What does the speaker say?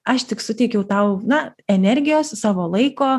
aš tik suteikiau tau na energijos savo laiko